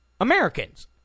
Americans